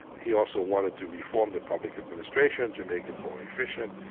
he also wanted to reform the public administration to make it more efficient,